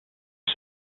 his